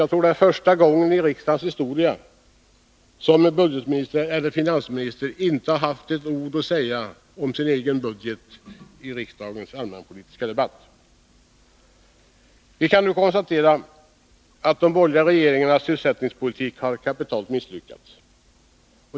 Det är nog första gången i riksdagens historia som en budgeteller finansminister inte har haft något att säga om sin egen budget i riksdagens allmänpolitiska debatt. Vi kan nu konstatera att de borgerliga regeringarnas sysselsättningspolitik kapitalt har misslyckats.